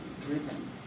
driven